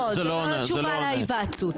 לא, זה לא תשובה על ההיוועצות.